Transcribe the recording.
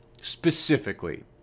specifically